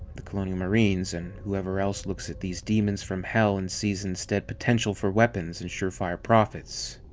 the colonial marines, and whoever else looks at these demons from hell and sees instead potential for weapons and sure-fire profits.